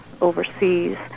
overseas